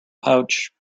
pouch